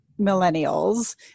millennials